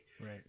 Right